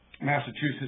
Massachusetts